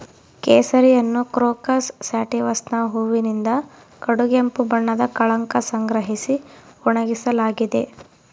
ಕೇಸರಿಯನ್ನುಕ್ರೋಕಸ್ ಸ್ಯಾಟಿವಸ್ನ ಹೂವಿನಿಂದ ಕಡುಗೆಂಪು ಬಣ್ಣದ ಕಳಂಕ ಸಂಗ್ರಹಿಸಿ ಒಣಗಿಸಲಾಗಿದೆ